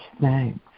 thanks